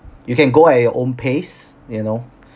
you can go at your own pace you know